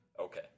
Okay